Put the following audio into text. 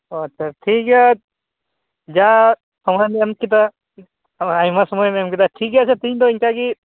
ᱟᱪᱪᱷᱟ ᱴᱷᱤᱠᱜᱮᱭᱟ ᱡᱟ ᱥᱚᱢᱚᱭᱮᱢ ᱮᱢ ᱠᱮᱫᱟ ᱟᱨ ᱟᱭᱢᱟ ᱥᱚᱢᱚᱭᱮᱢ ᱮᱢ ᱠᱮᱫᱟ ᱴᱷᱤᱠᱜᱮᱭᱟ ᱟᱪᱪᱷᱟ ᱛᱤᱦᱤᱧ ᱫᱚ ᱤᱱᱠᱟᱹ ᱜᱤ